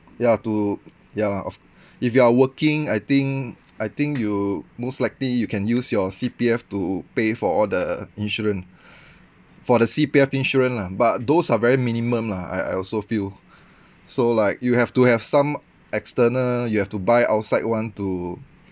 ya to ya of if you are working I think I think you most likely you can use your C_P_F to pay for all the insurance for the C_P_F insurance lah but those are very minimum lah I I also feel so like you have to have some external you have to buy outside one to